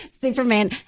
Superman